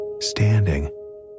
standing